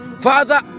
Father